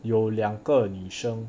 有两个女生